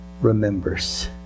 remembers